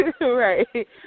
right